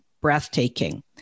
breathtaking